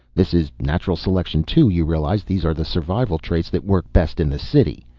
this is natural selection, too, you realize. these are the survival traits that work best in the city.